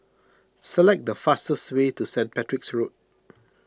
select the fastest way to Saint Patrick's Road